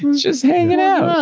just hanging out.